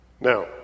Now